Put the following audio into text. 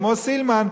כמו סילמן,